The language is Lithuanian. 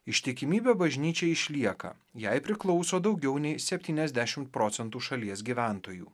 ištikimybė bažnyčiai išlieka jai priklauso daugiau nei septyniasdešimt procentų šalies gyventojų